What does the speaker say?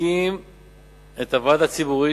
מקים את הוועד הציבורי,